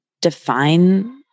define